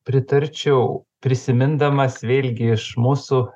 pritarčiau prisimindamas vėlgi iš mūsų